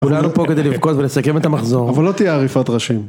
כולנו פה כדי לבכות ולסכם את המחזור. אבל לא תהיה עריפת ראשים.